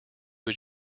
was